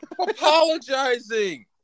apologizing